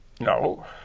No